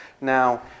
Now